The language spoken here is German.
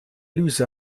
dialyse